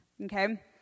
Okay